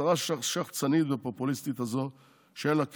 הצהרה שחצנית ופופוליסטית שאין לה כיסוי.